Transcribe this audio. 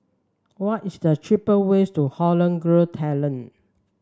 what is the cheaper way to Holland Grove Thailand